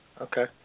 Okay